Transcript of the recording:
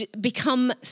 become